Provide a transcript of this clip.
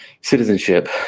citizenship